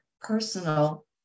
personal